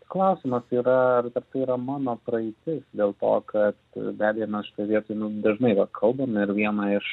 klausimas yra ar ar tai yra mano praeitis dėl to kad be abejo mes šitoj vietoj nu dažnai vat kalbam ir vieną iš